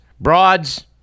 broads